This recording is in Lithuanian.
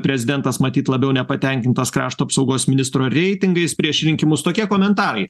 prezidentas matyt labiau nepatenkintos krašto apsaugos ministro reitingais prieš rinkimus tokie komentarai